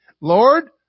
Lord